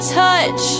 touch